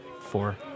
four